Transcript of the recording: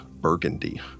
burgundy